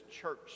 church